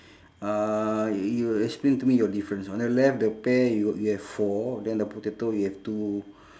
uh you explain to me your difference on the left the pear y~ you have four then the potato you have two